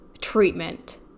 treatment